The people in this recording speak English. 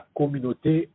communauté